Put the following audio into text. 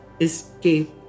escape